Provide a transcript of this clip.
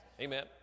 Amen